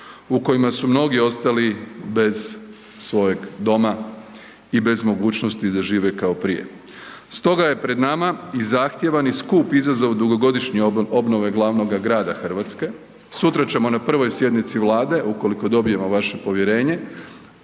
u kojima su mnogi ostali bez svojeg doma i bez mogućnosti da žive kao prije. Stoga je pred nama i zahtjevan i skup izazov dugogodišnje obnove glavnoga grada Hrvatske. Sutra ćemo na prvoj sjednici Vlade, ukoliko dobijemo vaše povjerenje